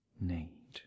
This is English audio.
need